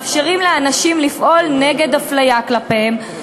מאפשרים לאנשים לפעול נגד אפליה כלפיהם,